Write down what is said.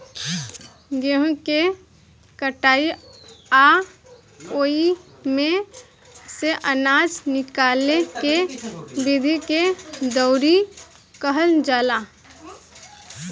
गेहूँ के कटाई आ ओइमे से आनजा निकाले के विधि के दउरी कहल जाला